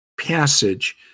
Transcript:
passage